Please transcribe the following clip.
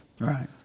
Right